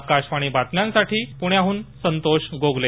आकाशवाणी बातम्यांसाठी पुण्याहून संतोष गोगले